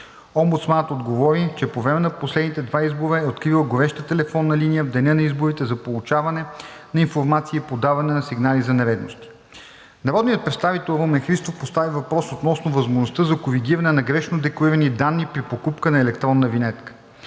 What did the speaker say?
Омбудсманът отговори, че по време на последните два избора е открила гореща телефонна линия в деня на изборите за получаване на информация и подаване на сигнали за нередности. Народният представител Румен Христов постави въпрос относно възможността за коригиране на грешно декларирани данни при покупка на електронна винетка.